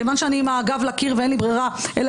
כיוון שאני עם הגב לקיר ואין לי ברירה אלא